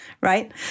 right